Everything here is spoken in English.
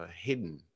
hidden